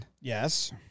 Yes